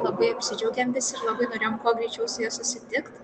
labai apsidžiaugėm visi ir labai norėjom kuo greičiau su ja susitikt